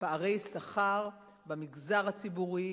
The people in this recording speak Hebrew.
פערי שכר במגזר הציבורי